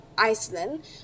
Iceland